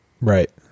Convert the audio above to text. Right